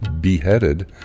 beheaded